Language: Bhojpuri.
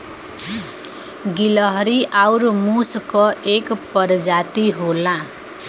गिलहरी आउर मुस क एक परजाती होला